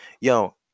Yo